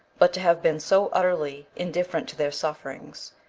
but to have been so utterly indifferent to their sufferings,